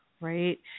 right